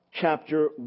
chapter